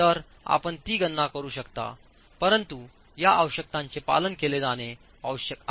तर आपण ती गणना करू शकता परंतु या आवश्यकतांचेपालनकेलेजाणे आवश्यक आहे